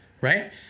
right